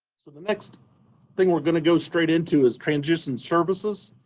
so the next thing we're going to go straight into is transition services.